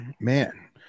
Man